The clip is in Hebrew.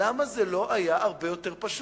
למה זה לא היה הרבה יותר פשוט?